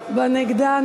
הנגדה,